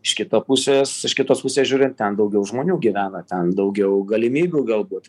iš kito pusės iš kitos pusės žiūrint ten daugiau žmonių gyvena ten daugiau galimybių galbūt